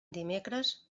dimecres